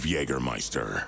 Jägermeister